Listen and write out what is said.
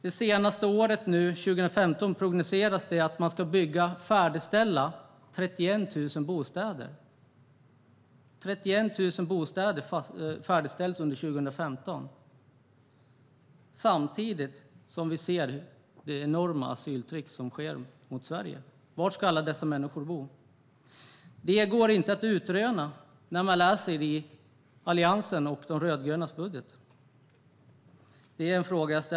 Det prognostiseras att det ska färdigställas 31 000 bostäder under 2015 samtidigt som vi ser det enorma asyltrycket mot Sverige. Var ska alla dessa människor bo? Det går inte att utröna när man läser Alliansens och de rödgrönas budgetar.